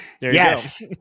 Yes